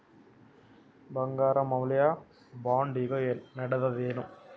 ಬಂಗಾರ ಮ್ಯಾಲ ಬಾಂಡ್ ಈಗ ನಡದದೇನು?